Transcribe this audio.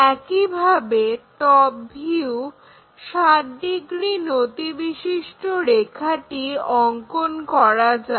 একইভাবে top view 60 degree নতিবিশিষ্ট রেখাটি অঙ্কন করা যাক